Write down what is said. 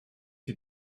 sie